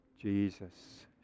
Jesus